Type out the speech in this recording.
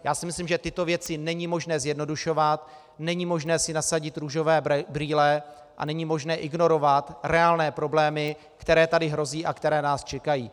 Já si myslím, že tyto věci není možné zjednodušovat, není možné si nasadit růžové brýle a není možné ignorovat reálné problémy, které tady hrozí a které nás čekají.